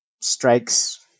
strikes